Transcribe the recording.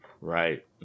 Right